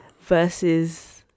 versus